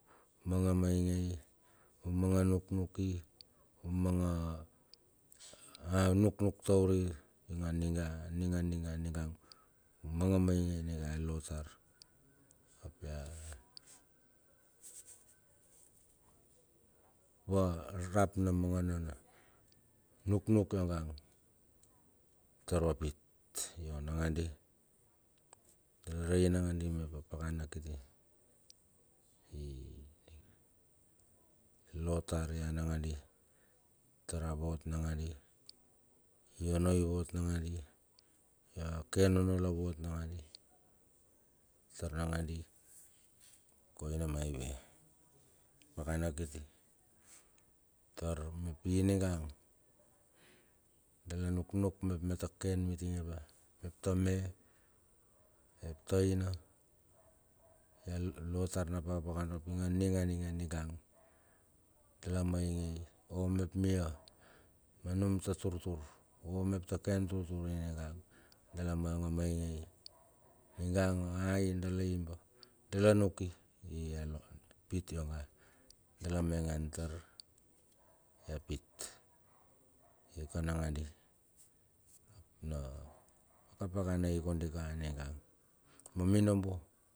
U manga mainge i u manga nuknuki u manga a nuknuk taur i ninga ninga ninga u manga maige i niga ya lo tar ia varap na mangana nuknuk yongang tar vapit yo nagandi. Dala rei nangandi mep a pakana kiti ilo tar ya nagandi tara vot nangandi, iono ivot nangandi a ken onno lavet nangandi, tar nangandi koina maive. A pakana kiti. tar i ninga dala nuknuk mep ta ken mi tinge va mep ta me, mep ta ina ya lotar na pakapakana ninga ninga ninga an dala maige i o mep mia ma num susur sup o mep ta ken turtur yonge ka, dala mamaige i ninga a dala iba dala nuk i anuk pit yonga dala maingan tar da pit ika nagandi me na pakapakana ma minobo.